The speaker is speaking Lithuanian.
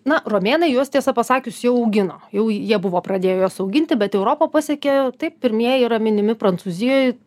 na romėnai juos tiesą pasakius jau augino jau jie buvo pradėję juos auginti bet europą pasiekė taip pirmieji yra minimi prancūzijoj